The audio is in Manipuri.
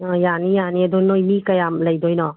ꯑ ꯌꯥꯅꯤ ꯌꯥꯅꯤ ꯑꯗꯣ ꯅꯣꯏ ꯃꯤ ꯀꯌꯥꯝ ꯂꯩꯗꯣꯏꯅꯣ